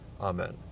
Amen